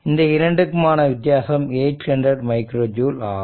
இந்த இரண்டுக்குமான வித்தியாசம் 800 மைக்ரோ ஜூல் ஆகும்